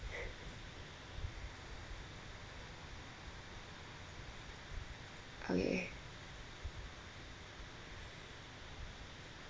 okay